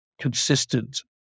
consistent